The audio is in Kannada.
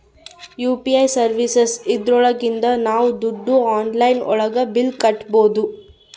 ಯು.ಪಿ.ಐ ಸರ್ವೀಸಸ್ ಇದ್ರೊಳಗಿಂದ ನಾವ್ ದುಡ್ಡು ಆನ್ಲೈನ್ ಒಳಗ ಬಿಲ್ ಕಟ್ಬೋದೂ